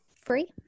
free